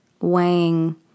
weighing